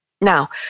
Now